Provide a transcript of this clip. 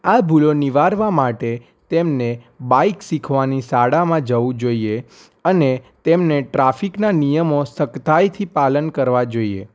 આ ભૂલો નિવારવા માટે તેમને બાઇક શીખવાની શાળામાં જવું જોઈએ અને તેમને ટ્રાફિકના નિયમો સખતાઈથી પાલન કરવા જોઈએ